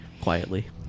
quietly